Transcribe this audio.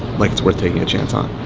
like it's worth taking a chance on.